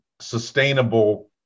sustainable –